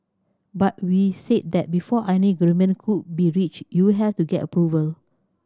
but we said that before any agreement could be reached you have to get approval